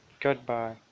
goodbye